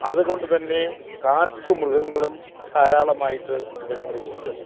അതുകൊണ്ട് തന്നെ കാട്ടുമൃഗങ്ങളും ധാരാളമായിട്ട് ഇവിടങ്ങളിൽ ഉണ്ട്